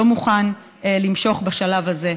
לא מוכן למשוך בשלב הזה.